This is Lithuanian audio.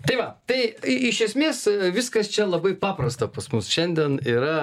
tai va tai i iš esmės viskas čia labai paprasta pas mus šiandien yra